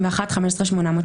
אתם יכולים לבדוק במצלמות.